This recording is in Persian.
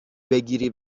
بگیری